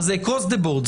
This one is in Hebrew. אז זה across the board,